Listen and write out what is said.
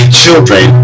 children